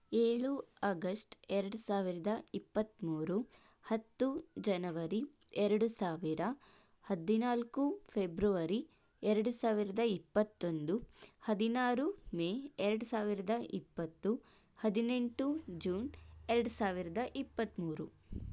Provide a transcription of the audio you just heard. ಏಳು ಅಗಸ್ಟ್ ಎರಡು ಸಾವಿರದ ಇಪ್ಪತ್ತ್ಮೂರು ಹತ್ತು ಜನವರಿ ಎರಡು ಸಾವಿರ ಹದಿನಾಲ್ಕು ಫೆಬ್ರವರಿ ಎರಡು ಸಾವಿರದ ಇಪ್ಪತ್ತೊಂದು ಹದಿನಾರು ಮೇ ಎರಡು ಸಾವಿರದ ಇಪ್ಪತ್ತು ಹದಿನೆಂಟು ಜೂನ್ ಎರಡು ಸಾವಿರದ ಇಪ್ಪತ್ತ್ಮೂರು